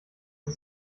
ist